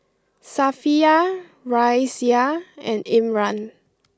Safiya Raisya and Imran